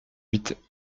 huit